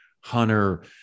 hunter